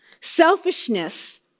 selfishness